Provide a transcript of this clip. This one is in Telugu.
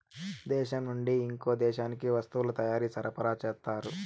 దేశం నుండి ఇంకో దేశానికి వస్తువుల తయారీ సరఫరా చేస్తారు